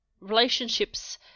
relationships